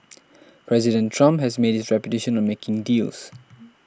President Trump has made his reputation on making deals